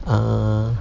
err